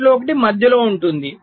వాటిలో ఒకటి మధ్యలో ఉంటుంది